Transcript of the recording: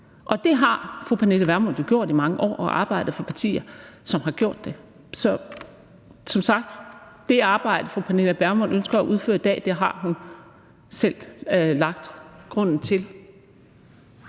Og det har fru Pernille Vermund jo gjort i mange år og har arbejdet for partier, som ikke har gjort det. Så som sagt: Det arbejde, fru Pernille Vermund ønsker at udføre i dag, har hun selv lagt grunden til.